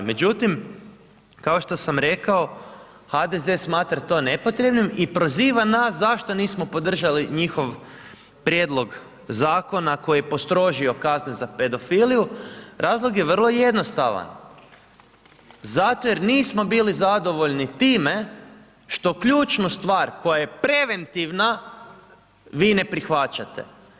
Međutim, kao što sam rekao, HDZ smatra to nepotrebnim i proziva nas zašto nismo podržali njihov prijedlog zakona koji je postrožio kazne za pedofiliju, razlog je vrlo jednostavan, zato jer nismo bili zadovoljni time što ključnu stvar koja je preventivna vi ne prihvaćate.